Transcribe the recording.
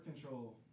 control